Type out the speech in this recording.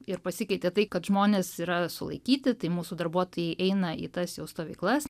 ir pasikeitė tai kad žmonės yra sulaikyti tai mūsų darbuotojai eina į tas jų stovyklas